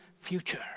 future